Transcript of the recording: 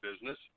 Business